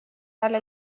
على